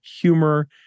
humor